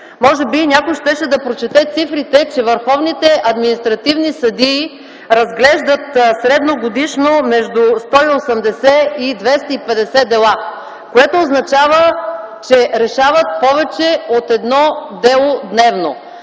Може би някой щеше да прочете цифрите, че върховните административни съдии разглеждат средно годишно между 180 и 250 дела, което означава, че решават повече от едно дело дневно.